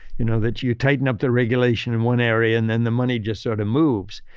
you, know that you tighten up the regulation in one area and then the money just sort of moves.